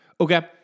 okay